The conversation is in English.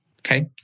Okay